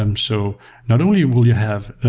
um so not only will you have